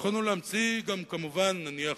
יכולנו כמובן להמציא גם, נניח,